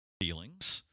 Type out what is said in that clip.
feelings